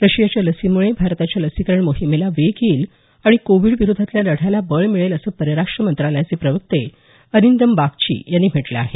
रशियाच्या लसीमुळे भारताच्या लसीकरण मोहिमेला वेग येईल आणि कोविड विरोधातल्या लढ्याला बळ मिळेल असं परराष्ट्र मंत्रालयाचे प्रवक्ते अरिंदम बागची यांनी म्हटलं आहे